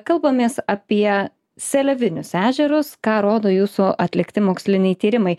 kalbamės apie seliavinius ežerus ką rodo jūsų atlikti moksliniai tyrimai